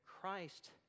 Christ